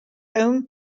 own